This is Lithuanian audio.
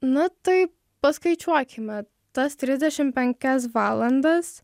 nu tai paskaičiuokime tas trisdešim penkias valandas